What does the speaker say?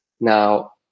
Now